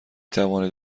توانید